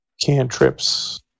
cantrips